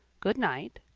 good night,